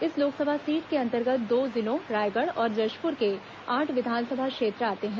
इस लोकसभा सीट के अंतर्गत दो जिलों रायगढ़ और जशपुर के आठ विधानसभा क्षेत्र आते हैं